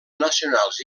nacionals